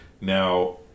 Now